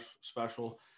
Special